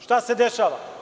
Šta se dešava?